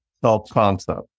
self-concept